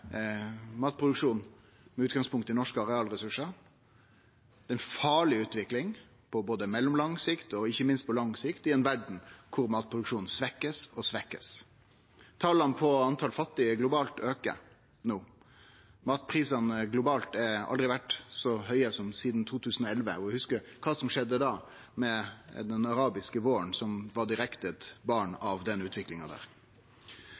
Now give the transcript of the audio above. matproduksjon med utgangspunkt i norske arealressursar. Det er ei farleg utvikling, både på mellomlang sikt og ikkje minst på lang sikt, i ei verd der matproduksjonen blir svekt og svekt. Talet på fattige globalt aukar no. Matprisane globalt har ikkje vore så høge sidan 2011, og vi hugsar kva som skjedde da, med den arabiske våren, som var eit direkte barn